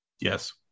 Yes